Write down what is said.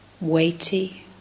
weighty